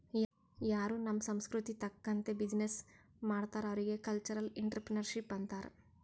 ಯಾರೂ ನಮ್ ಸಂಸ್ಕೃತಿ ತಕಂತ್ತೆ ಬಿಸಿನ್ನೆಸ್ ಮಾಡ್ತಾರ್ ಅವ್ರಿಗ ಕಲ್ಚರಲ್ ಇಂಟ್ರಪ್ರಿನರ್ಶಿಪ್ ಅಂತಾರ್